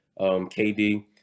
kd